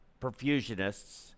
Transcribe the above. perfusionists